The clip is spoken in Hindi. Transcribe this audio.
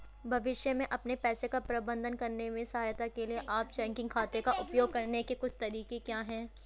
भविष्य में अपने पैसे का प्रबंधन करने में सहायता के लिए आप चेकिंग खाते का उपयोग करने के कुछ तरीके क्या हैं?